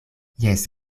jes